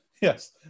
Yes